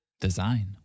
design